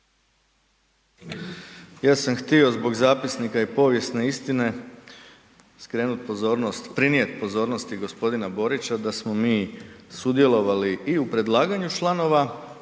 Ja sam htio zbog zapisnika i povijesne istine skrenuti pozornost, prinijeti pozornosti g. Borića da smo mi sudjelovali i u predlaganju članova